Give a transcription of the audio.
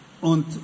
Und